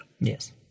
Yes